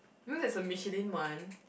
you know there's a michelin one